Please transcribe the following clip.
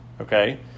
okay